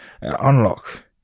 Unlock